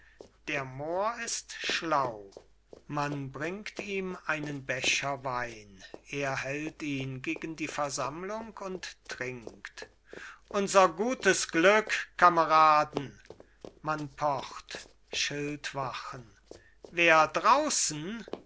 der mohr ist schlau man bringt ihm einen becher wein er hält ihn gegen die versammlung und trinkt unser gutes glück kameraden man pocht schildwachen wer draußen